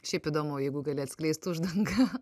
šiaip įdomu jeigu gali atskleist uždangą